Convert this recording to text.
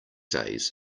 days